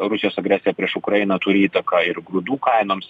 rusijos agresija prieš ukrainą turi įtaką ir grūdų kainoms